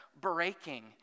breaking